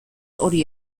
hori